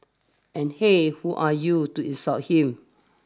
and hey who are you to insult him